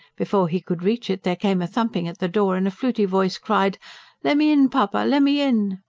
before he could reach it there came a thumping at the door, and a fluty voice cried lemme in, puppa, lemme in!